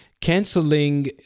canceling